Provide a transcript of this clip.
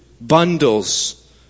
bundles